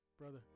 Brother